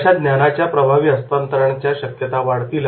अशा ज्ञानाच्या प्रभावी हस्तांतरणाच्या शक्यता वाढतील